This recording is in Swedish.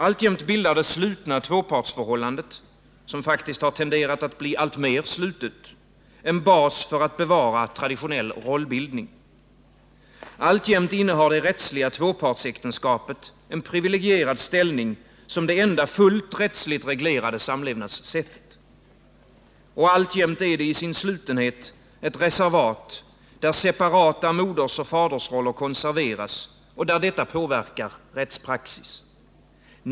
Alltjämt bildar det slutna tvåpartsförhållandet, som faktiskt har tenderat att bli alltmer slutet, en bas för att bevara traditionell rollbildning. Alltjämt innehar det rättsliga tvåpartsäktenskapet en privilegierad ställning som det enda fullt rättsligt reglerade samlevnadssättet. Och alltjämt är det i sin slutenhet ett reservat, där separata modersoch fadersroller konserveras och där detta påverkar rättspraxis.